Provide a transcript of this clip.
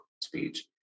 speech